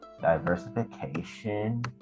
diversification